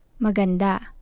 maganda